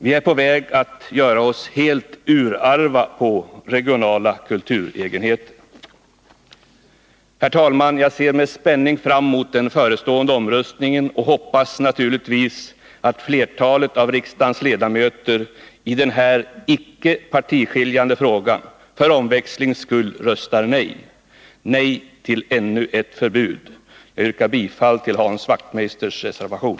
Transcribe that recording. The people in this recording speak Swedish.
Vi är på väg att göra oss helt urarva på regionala kulturegenheter. Herr talman! Jag ser med spänning fram emot den förestående omröstningen och hoppas naturligtvis att flertalet av riksdagens ledamöter i den här icke partiskiljande frågan för omväxlings skull röstar nej — nej till ännu ett förbud. Jag yrkar bifall till Hans Wachtmeisters reservation.